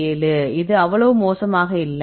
7 இது அவ்வளவு மோசமாக இல்லை